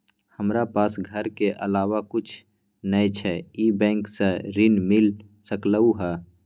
हमरा पास घर के अलावा कुछ नय छै ई बैंक स ऋण मिल सकलउ हैं?